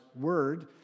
Word